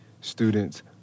students